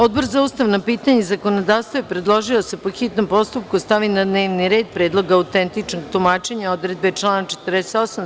Odbor za ustavna pitanja i zakonodavstvo je predložio da se, po hitnom postupku, stavi na dnevni red Predlog autentičnog tumačenja odredbe člana 48.